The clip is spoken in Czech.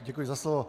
Děkuji za slovo.